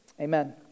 Amen